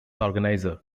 organiser